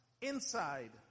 inside